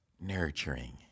nurturing